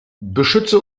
beschütze